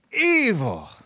evil